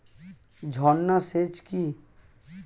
ঝর্না সেচ কি?